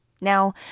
Now